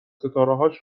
ستارههاش